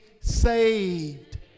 saved